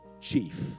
chief